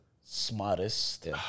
Smartest